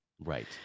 Right